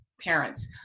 parents